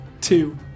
Two